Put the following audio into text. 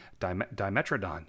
dimetrodon